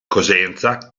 cosenza